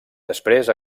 després